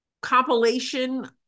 compilation